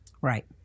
Right